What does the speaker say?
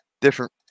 Different